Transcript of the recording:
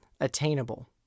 Attainable